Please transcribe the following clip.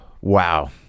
Wow